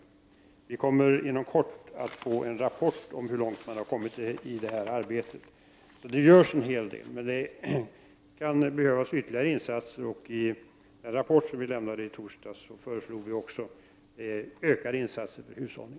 Vi kommer inom kort att få en rapport om hur långt man har kommit i det här arbetet. Det görs en hel del. Det kan emellertid behövas ytterligare insatser. I den rapport som vi lämnade i torsdags föreslår vi också ökade insatser för hushållning.